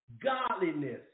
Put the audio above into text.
godliness